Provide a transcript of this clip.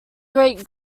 great